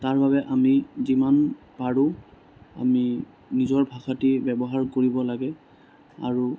তাৰবাবে আমি যিমান পাৰোঁ আমি নিজৰ ভাষাটি ব্যৱহাৰ কৰিব লাগে আৰু